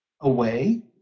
away